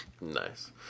Nice